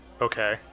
Okay